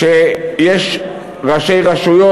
כשיש ראשי רשויות,